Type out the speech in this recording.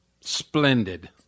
Splendid